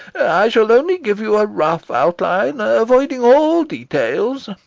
i shall only give you a rough outline, avoiding all details.